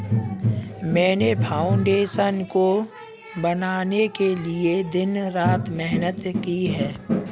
मैंने फाउंडेशन को बनाने के लिए दिन रात मेहनत की है